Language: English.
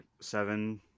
seven